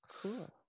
Cool